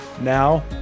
now